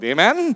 Amen